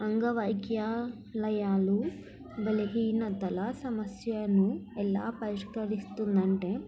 అంగవైక్యాలయాలు బలహీనతల సమస్యలు ఎలా పరిష్కరిస్తుందంటే